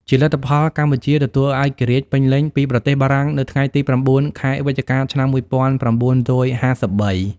ជាលទ្ធផល កម្ពុជាបានទទួលឯករាជ្យពេញលេញពីប្រទេសបារាំងនៅថ្ងៃទី៩ ខែវិច្ឆិកា ឆ្នាំ១៩៥៣។